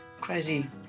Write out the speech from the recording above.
crazy